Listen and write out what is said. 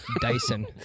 Dyson